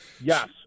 Yes